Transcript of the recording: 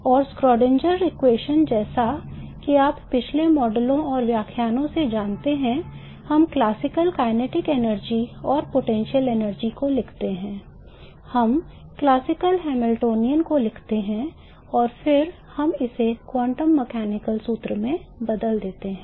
और श्रोडिंगर समीकरण जैसा कि आप पिछले मॉडलों और व्याख्यानों से जानते हैं हम क्लासिकल गतिज ऊर्जा और स्थितिज ऊर्जा को लिखते हैं हम क्लासिकल हैमिल्टनियन को लिखते हैं और फिर हम इसे क्वांटम मैकेनिकल सूत्र में बदल देते हैं